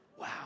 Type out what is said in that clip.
Wow